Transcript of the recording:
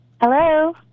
Hello